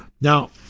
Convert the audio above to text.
Now